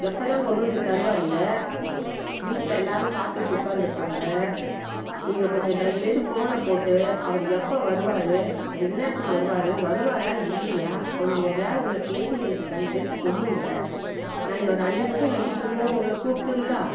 எப்போது தான் கொண்டு வந்து தருவாருங்க வீட்டில் எல்லோரும் காத்துக்கிட்டு உட்கார்ந்துருக்காங்க நீங்கள் கொஞ்சம் தயவு செய்து ஃபோனை போட்டு அவர் எப்போ வருவார் எந்நேரத்துக்கு வருவார் வருவாரா இல்லையா கொஞ்சம் எதையாவது ஒன்று கேட்டு எனக்கு தயவு செய்து சொல்லுங்கள் நான் இன்னொரு அஞ்சு நிமிஷம் கழித்து திரும்பவும் உங்களை கூப்பிட்டுங்களா